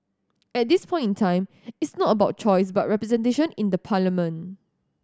at this point in time it's not about choice but representation in the parliament